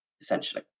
essentially